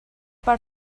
per